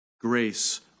Grace